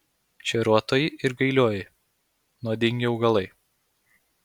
šeriuotoji ir gailioji nuodingi augalai